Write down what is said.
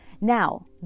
Now